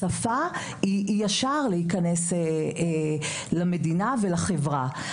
השפה היא השער להיכנס למדינה ולחברה.